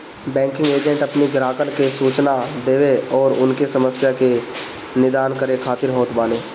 banking agent अपनी ग्राहकन के सूचना देवे अउरी उनकी समस्या के निदान करे खातिर होत बाने